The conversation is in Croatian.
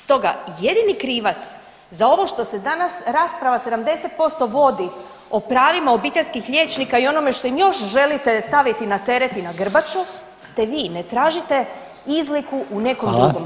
Stoga jedini krivac za ovo što se danas rasprava 70% vodi o pravima obiteljskih liječnika i onome što im još želite staviti na teret i na grbaču ste vi, ne tražite izliku u nekom drugom.